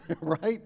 right